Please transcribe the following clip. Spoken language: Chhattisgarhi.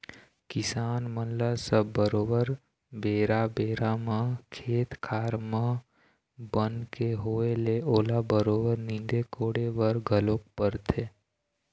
किसान मन ल सब बरोबर बेरा बेरा म खेत खार म बन के होवई ले ओला बरोबर नींदे कोड़े बर घलोक परथे